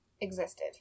Existed